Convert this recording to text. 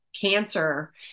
cancer